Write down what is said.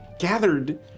gathered